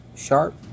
Sharp